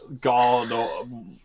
god